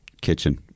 kitchen